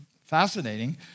fascinating